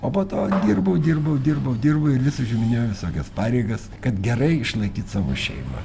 o po to dirbau dirbau dirbau dirbu ir vis užiminėjau visokias pareigas kad gerai išlaikyt savo šeimą